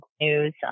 News